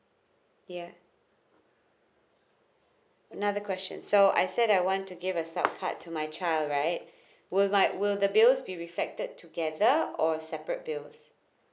yeah another question so I said I want to give a sub card to my child right will my will the bills be reflected together or separate bills